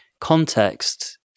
Context